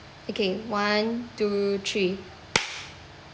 okay one two three